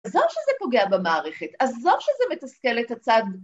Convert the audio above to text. ‫עזוב שזה פוגע במערכת, ‫עזוב שזה מתסכל את הצד.